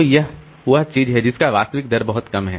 तो यह वह चीज है जिसका वास्तविक दर बहुत कम है